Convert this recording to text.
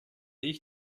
ich